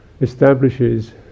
establishes